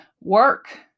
work